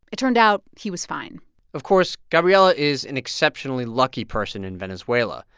it turned out he was fine of course, gabriela is an exceptionally lucky person in venezuela.